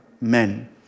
men